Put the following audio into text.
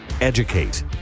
educate